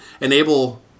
enable